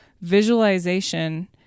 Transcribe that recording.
Visualization